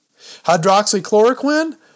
Hydroxychloroquine